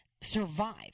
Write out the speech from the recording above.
survive